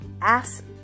ask